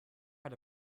had